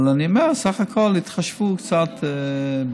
אבל אני אומר: בסך הכול התחשבו קצת בדבר.